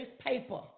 paper